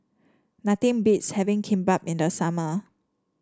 nothing beats having Kimbap in the summer